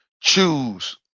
Choose